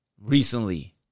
Recently